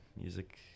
music